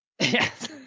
Yes